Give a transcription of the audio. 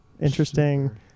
interesting